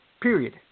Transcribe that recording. period